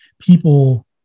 people